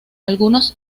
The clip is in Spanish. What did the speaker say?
algunos